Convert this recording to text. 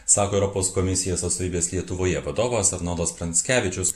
sako europos komisijos atstovybės lietuvoje vadovas arnoldas pranckevičius